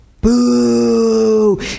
boo